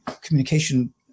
communication